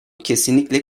kesinlikle